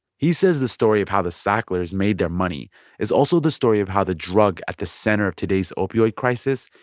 he says the story of how the sacklers made their money is also the story of how the drug at the center of today's opioid crisis,